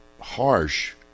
harsh